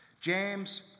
James